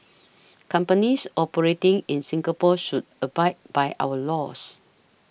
companies operating in Singapore should abide by our laws